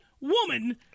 woman